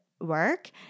work